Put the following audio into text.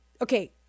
okay